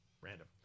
Random